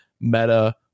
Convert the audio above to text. meta